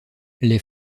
les